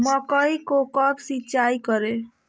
मकई को कब सिंचाई करे?